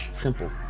simple